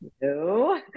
No